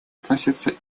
относится